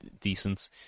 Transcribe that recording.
decent